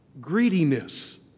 greediness